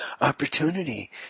opportunity